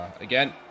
Again